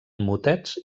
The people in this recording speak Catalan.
motets